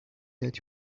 that